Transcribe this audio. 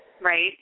right